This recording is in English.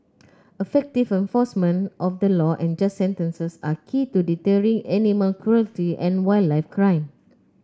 effective enforcement of the law and just sentences are key to deterring animal cruelty and wildlife crime